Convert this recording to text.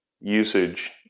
usage